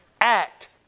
act